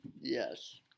Yes